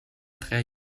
drei